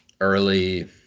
early